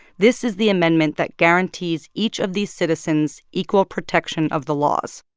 this is the amendment that guarantees each of these citizens equal protection of the laws.